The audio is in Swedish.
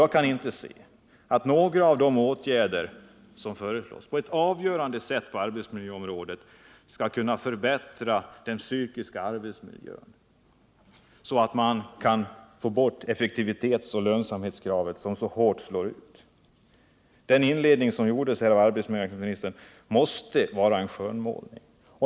Jag kan inte se att några av de åtgärder som föreslås på arbetsmiljöområdet på ett avgörande sätt skall kunna förbättra den psykiska arbetsmiljön så att man får bort effektivitetsoch lönsamhetskravet som så hårt slår ut. Den inledning arbetsmarknadsministern gjorde måste vara en skönmålning.